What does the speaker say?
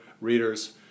readers